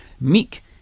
Meek